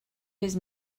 his